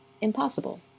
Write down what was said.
impossible